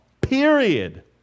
period